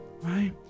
right